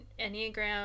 Enneagram